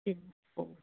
ठीक हो